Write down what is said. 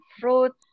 fruits